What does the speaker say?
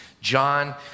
John